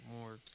more